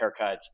haircuts